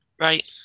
Right